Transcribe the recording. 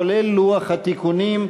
כולל לוח התיקונים,